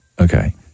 Okay